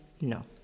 no